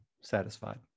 satisfied